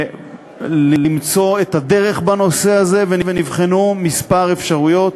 למצוא את הדרך בנושא הזה, ונבחנו כמה אפשרויות,